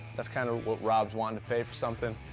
that's kind of what rob's wanting to pay for something.